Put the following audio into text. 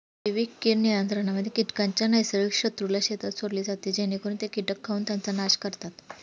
जैविक कीड नियंत्रणामध्ये कीटकांच्या नैसर्गिक शत्रूला शेतात सोडले जाते जेणेकरून ते कीटक खाऊन त्यांचा नाश करतात